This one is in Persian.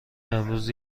امروز